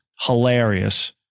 hilarious